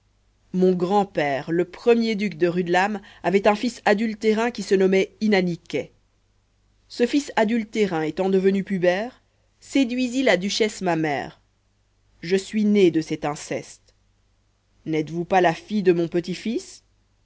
mon grand-père le premier duc de rudelame avait un fils adultérin qui se nommait inaniquet ce fils adultérin étant devenu pubère séduisit la duchesse ma mère je suis né de cet inceste n'êtesvous pas la fille de mon petit-fils